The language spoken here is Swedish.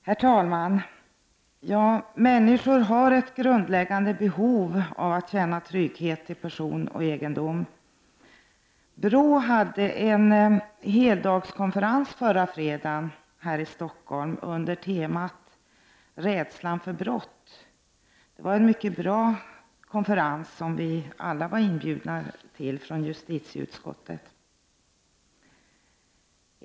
Herr talman! Människor har ett grundläggande behov av att få känna trygghet till person och egendom. BRÅ hade förra fredagen en heldagskonferens här i Stockholm under temat Rädslan för brott. Det var en mycket bra konferens, som alla vi i justitieutskottet var inbjudna till.